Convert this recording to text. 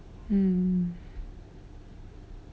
hmm